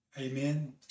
Amen